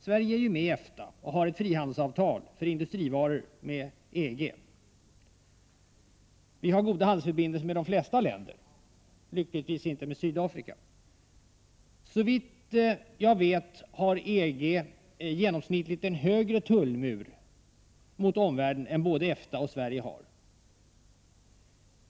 Sverige är ju med i EFTA och har ett frihandelsavtal för industrivaror med EG. Vi har goda handelsförbindelser med de flesta länder — men lyckligtvis inte med Sydafrika. Såvitt jag vet har EG genomsnittligt en högre tullmur mot omvärlden än både EFTA och Sverige har.